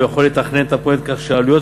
הוא יכול לתכנן את הפרויקט כך שעלויות